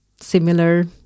similar